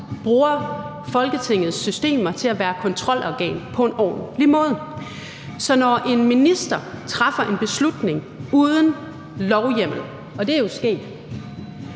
bruger Folketingets systemer til at være kontrolorgan på en ordentlig måde. Så når en minister træffer en beslutning uden lovhjemmel – og det er jo sket